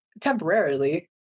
Temporarily